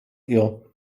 ihr